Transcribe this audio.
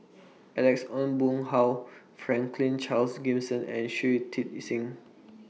Alex Ong Boon Hau Franklin Charles Gimson and Shui Tit Sing